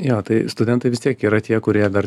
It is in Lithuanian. jo tai studentai vis tiek yra tie kurie dar